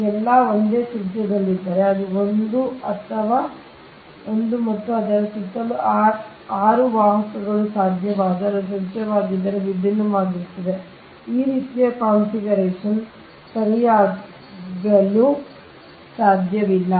ಆದ್ದರಿಂದ ಮತ್ತು ಎಲ್ಲಾ ಒಂದೇ ತ್ರಿಜ್ಯದಲ್ಲಿದ್ದರೆ ಅದು ಒಂದು ಮತ್ತು ಅದರ ಸುತ್ತಲೂ 6 ವಾಹಕಗಳು ಸಾಧ್ಯವಾದರೆ ಅದು ತ್ರಿಜ್ಯವಾಗಿದ್ದರೆ ವಿಭಿನ್ನವಾಗಿರುತ್ತದೆ ಈ ರೀತಿಯ ಕಾನ್ಫಿಗರೇಶನ್ ಸರಿಯಾಗಿರಲು ಸಾಧ್ಯವಿಲ್ಲ